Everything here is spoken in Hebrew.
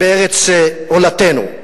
בארץ הולדתנו,